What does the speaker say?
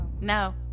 No